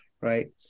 right